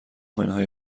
منهای